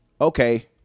Okay